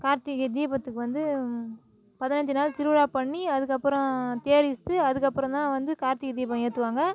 கார்த்திகை தீபத்துக்கு வந்து பதினஞ்சு நாள் திருவிழா பண்ணி அதுக்கு அப்புறம் தேர் இழுத்து அதுக்கு அப்புறம் தான் வந்து கார்த்திகை தீபம் ஏற்றுவாங்க